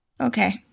Okay